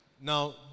now